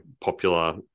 popular